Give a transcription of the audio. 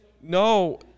No